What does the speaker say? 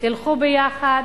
תלכו ביחד,